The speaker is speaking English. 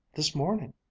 this morning.